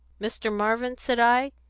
mr. marvin said i,